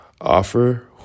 Offer